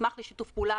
נשמח לשיתוף פעולה.